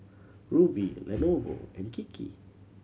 Rubi Lenovo and Kiki